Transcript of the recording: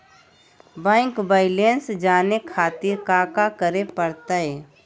Bank balance जाने खातिर काका करे पड़तई?